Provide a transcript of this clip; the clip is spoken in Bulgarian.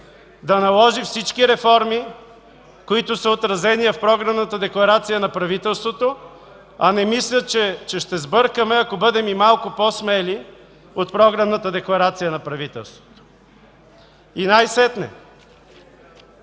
да наложи всички реформи, които са отразени в програмната декларация на правителството, а не мисля, че ще сбъркаме, ако бъдем и малко по-смели, от програмната декларация на правителството. И най-сетне,